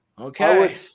Okay